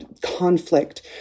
Conflict